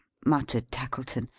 muttered tackleton.